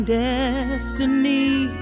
destiny